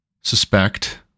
suspect